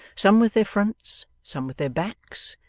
some with their fronts, some with their backs,